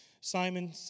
Simon